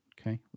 okay